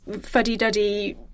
fuddy-duddy